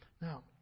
Now